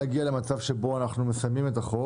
הצעת חוק